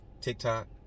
TikTok